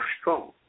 strong